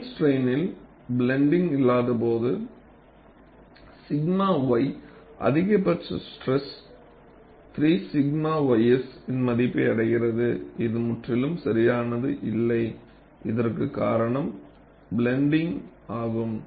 plane ஸ்ட்ரைன்யில் blunting இல்லாதபோது 𝛔 y அதிகபட்ச ஸ்டிரஸ் 3 𝛔 ysன் மதிப்பை அடைகிறது இது முற்றிலும் சரியானது இல்லை இதற்கு காரணம் பிளன்ட்ங் ஆகும்